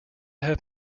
have